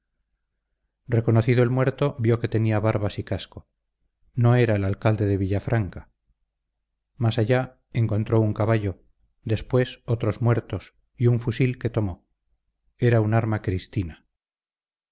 reconocido el muerto vio que tenía barbas y casco no era el alcalde de villafranca más allá encontró un caballo después otros muertos y un fusil que tomó era un arma cristina